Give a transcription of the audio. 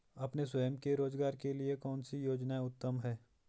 अपने स्वयं के रोज़गार के लिए कौनसी योजना उत्तम है?